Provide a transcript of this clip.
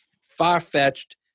far-fetched